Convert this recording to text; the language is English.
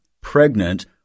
pregnant